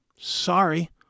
Sorry